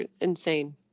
insane